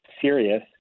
serious